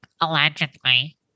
allegedly